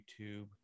YouTube